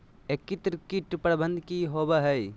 एकीकृत कीट प्रबंधन की होवय हैय?